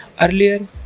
Earlier